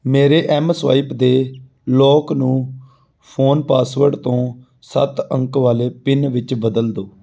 ਮੇਰੇ M swipe ਦੇ lock ਨੂੰ ਫ਼ੋਨ ਪਾਸਵਰਡ ਤੋਂ ਸੱਤ ਅੰਕ ਵਾਲੇ ਪਿੰਨ ਵਿੱਚ ਬਦਲ ਦਿਓ